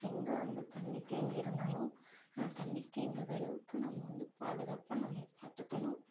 எங்கே வந்து தண்ணி தேங்கி இருந்தாலும் தண்ணி தேங்காத அளவுக்கு நம்ம வந்து பாதுகாப்பாக நம்மள பார்த்துக்கணும்